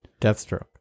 Deathstroke